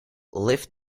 lift